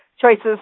Choices